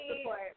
support